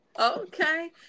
Okay